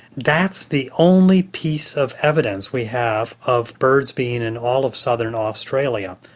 that's the only piece of evidence we have of birds being in all of southern australia,